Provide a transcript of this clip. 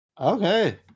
Okay